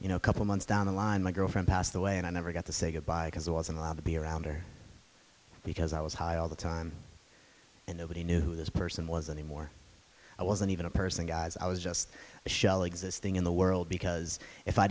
you know a couple of months down the line my girlfriend passed away and i never got to say goodbye because i wasn't allowed to be around her because i was high all the time and nobody knew who this person was anymore i wasn't even a person guys i was just a shell existing in the world because if i